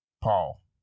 Paul